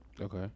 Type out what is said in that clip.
Okay